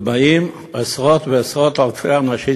ובאים עשרות ועשרות-אלפי אנשים.